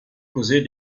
causer